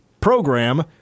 program